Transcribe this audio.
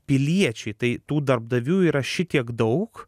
piliečiai tai tų darbdavių yra šitiek daug